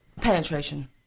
Penetration